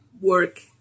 work